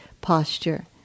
posture